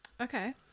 Okay